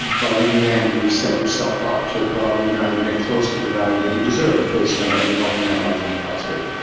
but in the end you've set yourself up to probably not even get close to the value that you deserve based on what you're helping that large enterprise with.